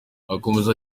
akomeza